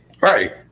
Right